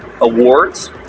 awards